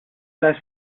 las